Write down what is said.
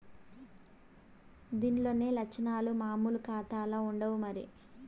దీన్లుండే లచ్చనాలు మామూలు కాతాల్ల ఉండవు మరి